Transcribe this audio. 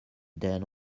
then